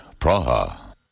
Praha